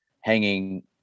hanging